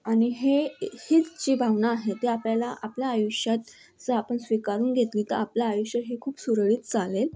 आणि हे हिच जी भावना आहे ते आपल्याला आपल्या आयुष्यात जर आपण स्वीकारून घेतली तर आपलं आयुष्य हे खूप सुरळीत चालेल